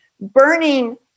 burning